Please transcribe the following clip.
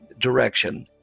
direction